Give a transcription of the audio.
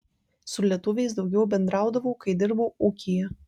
su lietuviais daugiau bendraudavau kai dirbau ūkyje